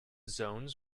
zones